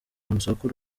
urusaku